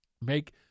make